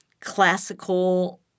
classical